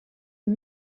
des